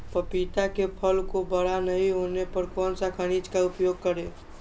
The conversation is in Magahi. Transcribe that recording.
पपीता के फल को बड़ा नहीं होने पर कौन सा खनिज का उपयोग करें?